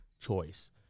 choice